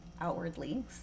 outwardly